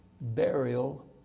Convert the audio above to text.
burial